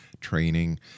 training